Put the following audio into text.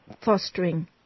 fostering